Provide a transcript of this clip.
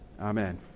Amen